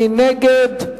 מי נגד?